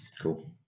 Cool